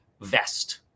vest